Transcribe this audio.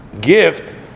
gift